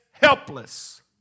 Helpless